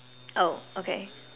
oh okay